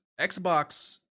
Xbox